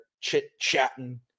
chit-chatting